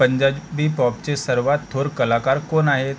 पंजाबी पॉपचे सर्वात थोर कलाकार कोण आहेत